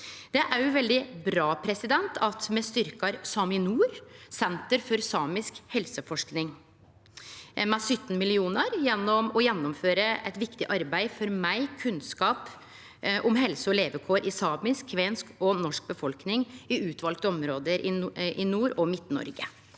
Det er òg veldig bra at me styrkjer SAMINOR og Senter for samisk helseforsking med 17 mill. kr, gjennom å gjennomføre eit viktig arbeid for meir kunnskap om helse og levekår i samisk, kvensk og norsk befolkning i utvalde område i Nord- og Midt-Noreg.